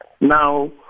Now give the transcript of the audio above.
Now